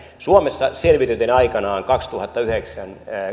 suomessa selvitytin aikanaan kaksituhattayhdeksän